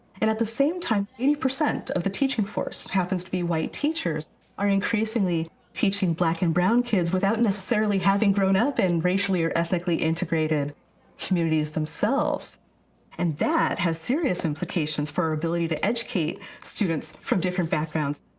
and at the same time, eighty percent of the teaching force happens to be white teachers are increasingly teaching teaching black and brown kids without necessarily having grown up in racially or ethically integrated communities themselves and that has serious implications for our ability to educate students from different backgrounds.